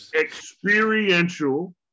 experiential